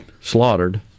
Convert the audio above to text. slaughtered